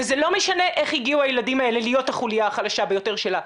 וזה לא משנה איך הגיעו הילדים האלה להיות החוליה החלשה ביותר שלה,